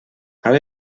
cal